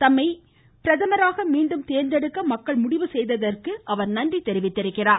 தம்மை பிரதமராக மீண்டும் தேர்ந்தெடுக்க மக்கள் முடிவு செய்துள்ளதற்கு அவர் நன்றி தெரிவித்தார்